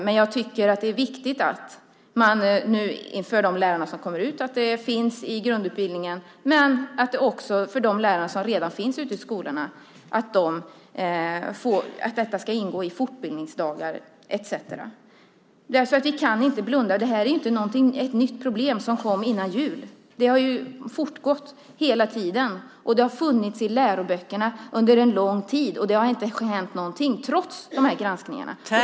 Men jag tycker att det är viktigt att detta finns med i grundutbildningen för de lärare som nu kommer ut. Och för de lärare som redan finns ute i skolorna ska detta ingå vid fortbildningsdagar etcetera. Vi kan inte blunda för detta. Detta är inte ett nytt problem som kom före jul. Detta har fortgått hela tiden och har funnits i läroböckerna under en lång tid, men det har inte hänt någonting trots dessa granskningar.